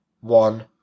one